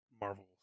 Marvel